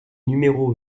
numéro